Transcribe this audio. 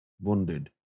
wounded